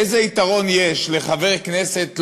איזה יתרון יש לחבר כנסת,